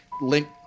link